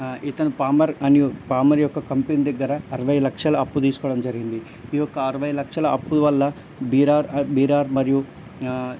ఇతను పామర్ అనియు పామర్ యొక్క కంపెనీ దగ్గర అరవై లక్షల అప్పు తీసుకోవడం జరిగింది ఈ యొక్క అరవై లక్షల అప్పు వల్ల బీరార్ బీరార్ మరియు